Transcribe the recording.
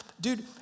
dude